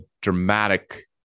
dramatic